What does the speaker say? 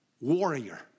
warrior